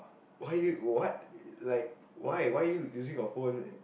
why you what like why why are you using your phone